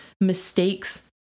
mistakes